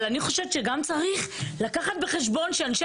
אבל אני חושבת שגם צריך לקחת בחשבון שאנשי